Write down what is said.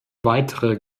weitere